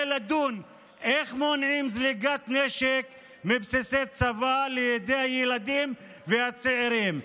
לדון איך מונעים זליגת נשק מבסיסי צבא לידי הילדים והצעירים,